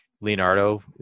Leonardo